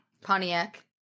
Pontiac